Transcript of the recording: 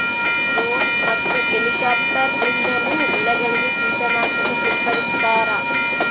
drone ಮತ್ತು helicopter ನಿಂದಲೂ ಬೆಳೆಗಳಿಗೆ ಕೀಟ ನಾಶಕ ಸಿಂಪಡಿಸ್ತಾರ